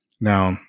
Now